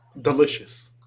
Delicious